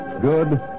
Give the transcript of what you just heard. good